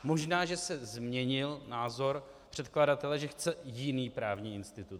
Možná že se změnil názor předkladatel, že chce jiný právní institut.